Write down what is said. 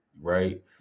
right